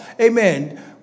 amen